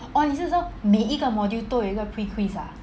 orh 你是说每一个 module 都有一个 pre-quiz ah